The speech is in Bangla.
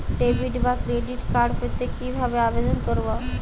ডেবিট বা ক্রেডিট কার্ড পেতে কি ভাবে আবেদন করব?